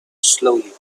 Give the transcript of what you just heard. slowly